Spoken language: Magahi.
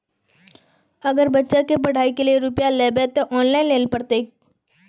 अगर बच्चा के पढ़ाई के लिये रुपया लेबे ते ऑनलाइन लेल पड़ते?